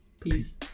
Peace